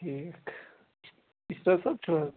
ٹھیٖک اِشتیاق صٲب چھِوٕ حظ